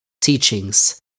teachings